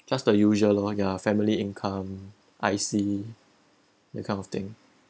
just the usual lor ya family income I see that kind of thing